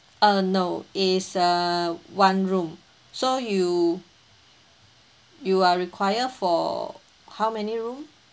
uh no it is err one room so you you are require for how many room